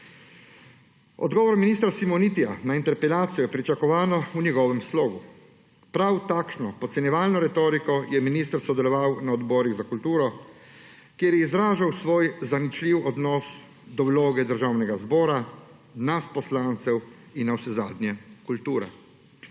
Odgovor ministra Simonitija na interpelacijo je, pričakovano, v njegovem slogu. S prav takšno podcenjevalno retoriko je minister sodeloval na Odborih za kulturo, kjer je odražal svoj zaničljiv odnos do vloge Državnega zbora, nas poslancev in navsezadnje kulture.